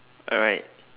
alright